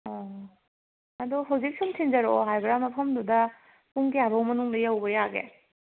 ꯑꯣ ꯑꯗꯣ ꯍꯧꯖꯤꯛ ꯁꯨꯝ ꯊꯤꯟꯖꯔꯛꯑꯣ ꯍꯥꯏꯕ꯭ꯔꯥ ꯃꯐꯝꯗꯨꯗ ꯄꯨꯡ ꯀꯌꯥꯕꯣꯛ ꯃꯅꯨꯡꯗ ꯌꯧꯕ ꯌꯥꯒꯦ